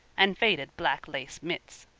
and faded black lace mits.